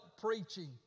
preaching